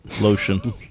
lotion